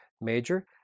Major